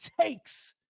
takes